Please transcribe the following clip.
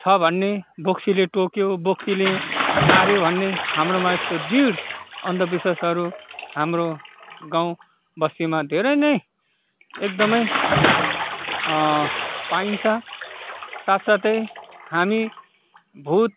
छ भन्ने बोक्सीले टोक्यो बोक्सीले माऱ्यो भन्ने हाम्रोमा यस्तो दृढ अन्धविश्वासहरू हाम्रो गाउँ बस्तीमा धेरै नै एकदमै पाइन्छ साथसाथै हामी भुत